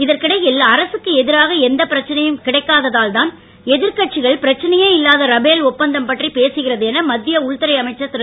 இதற்கிடையில் அரசுக்கு எதிராக எந்த பிரச்சனையும் கிடைக்காததால் தான் எதிர்கட்சிகள் பிரச்சனையே இல்லாத ரபேல் ஒப்பந்தம் பற்றி பேசுகிறது என மத்திய உள்துறை அமைச்சர் திரு